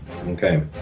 Okay